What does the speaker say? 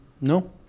no